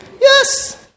Yes